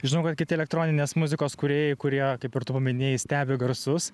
žinau kad kiti elektroninės muzikos kūrėjai kurie kaip ir tu paminėjai stebi garsus